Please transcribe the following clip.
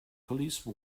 police